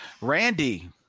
Randy